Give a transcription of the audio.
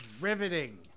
riveting